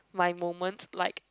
my moment like